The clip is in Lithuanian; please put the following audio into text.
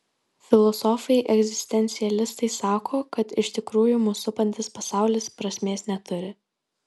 filosofai egzistencialistai sako kad iš tikrųjų mus supantis pasaulis prasmės neturi